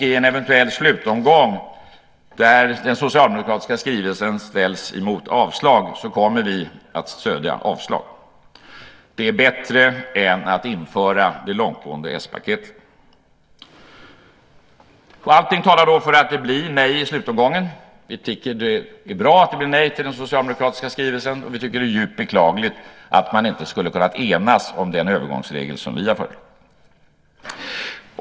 I en eventuell slutomgång där den socialdemokratiska skrivelsen ställs mot avslag kommer vi att stödja avslag. Det är bättre än att införa det långtgående s-paketet. Allt talar för att det blir nej i slutomgången. Vi tycker att det är bra att det blir nej till den socialdemokratiska skrivelsen, och vi tycker att det är djupt beklagligt att man inte skulle ha kunnat enas om den övergångsregel som vi har föreslagit.